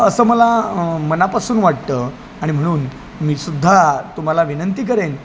असं मला मनापासून वाटतं आणि म्हणून मी सुद्धा तुम्हाला विनंती करेन